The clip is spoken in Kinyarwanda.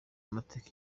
amateka